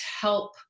help